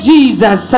Jesus